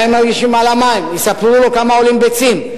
מה הם מרגישים לגבי המים יספרו לו כמה עולות ביצים,